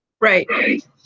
right